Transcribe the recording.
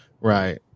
Right